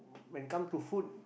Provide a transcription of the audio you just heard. when come to food